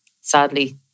sadly